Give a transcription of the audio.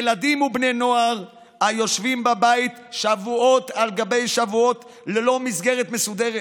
ילדים ובני נוער היושבים בבית שבועות על גבי שבועות ללא מסגרת מסודרת